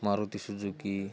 Maruti Suzuki